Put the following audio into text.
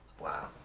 Wow